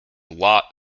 lot